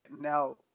Now